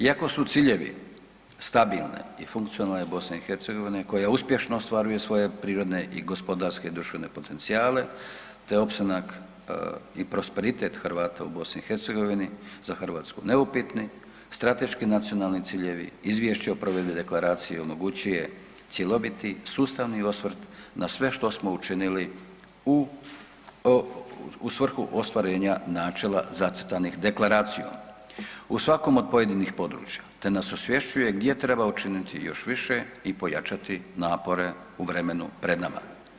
Iako su ciljevi stabilne i funkcionalne BiH koja uspješno ostvaruje svoje prirodne i gospodarske društvene potencijale, te opstanak i prosperitet Hrvata u BiH za Hrvatsku neupitni, strateški nacionalni ciljevi i izvješće o provedbi deklaraciji omogućuje cjeloviti sustavni osvrt na sve što smo učinili u svrhu ostvarenja načela zacrtanih deklaracijom u svakom od pojedinih područja, te nas osvješćuje gdje treba učiniti još više i pojačati napore u vremenu pred nama.